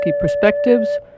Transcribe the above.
perspectives